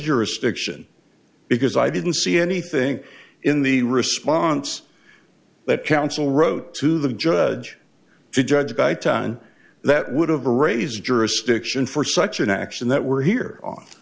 jurisdiction because i didn't see anything in the response that counsel wrote to the judge to judge by time that would have raised jurisdiction for such an action that we're here on